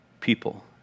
people